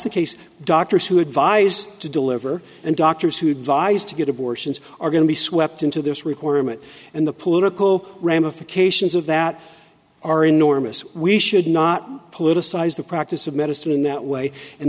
the case doctors who advise to deliver and doctors who advise to get abortions are going to be swept into this requirement and the political ramifications of that are enormous we should not politicize the practice of medicine in that way and